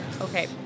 Okay